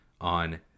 on